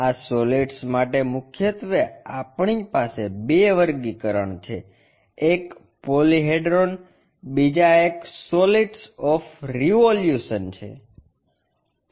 આ સોલિડ્સ માટે મુખ્યત્વે આપણી પાસે બે વર્ગીકરણ છે એક પોલિહેડ્રોન બીજા એક સોલીડ્સ ઓફ રિવોલ્યુશન છે